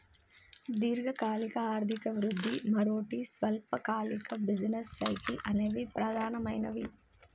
దీర్ఘకాలిక ఆర్థిక వృద్ధి, మరోటి స్వల్పకాలిక బిజినెస్ సైకిల్స్ అనేవి ప్రధానమైనవి